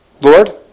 Lord